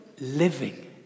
living